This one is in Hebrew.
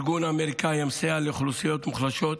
ארגון אמריקאי המסייע לאוכלוסיות מוחלשות,